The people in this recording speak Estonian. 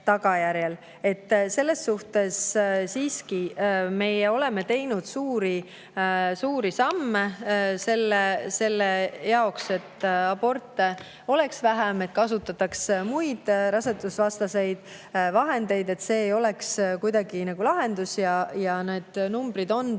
Selles suhtes siiski meie oleme teinud suuri samme selle jaoks, et aborte oleks vähem, et kasutataks rasedusvastaseid vahendeid, et abort ei oleks kuidagi ainus lahendus. Ja need numbrid on tulnud